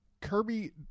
Kirby